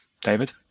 David